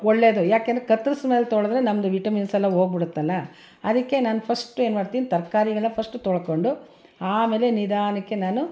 ಒಳ್ಳೆಯದು ಯಾಕೆಂದರೆ ಕತ್ತರ್ಸಿ ಮೇಲೆ ತೊಳೆದ್ರೆ ನಮ್ಮದು ವಿಟಮಿನ್ಸ್ ಎಲ್ಲ ಹೋಗ್ಬಿಡುತ್ತಲ್ಲ ಅದಕ್ಕೆ ನಾನು ಫಸ್ಟು ಏನ್ಮಾಡ್ತೀನಿ ತರಕಾರಿಯನ್ನೆಲ್ಲ ಫಸ್ಟ್ ತೊಳ್ಕೊಂಡು ಆಮೇಲೆ ನಿಧಾನಕ್ಕೆ ನಾನು